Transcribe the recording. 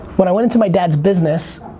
when i went into my dad's business,